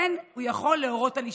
אין הוא יכול להורות על אשפוז.